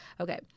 Okay